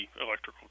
electrical